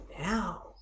now